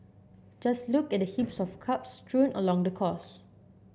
just look at the heaps of cups strewn along the course